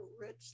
rich